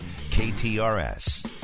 KTRS